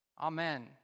Amen